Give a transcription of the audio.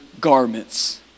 garments